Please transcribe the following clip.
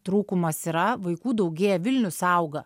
trūkumas yra vaikų daugėja vilnius auga